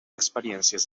experiències